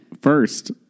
First